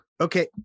Okay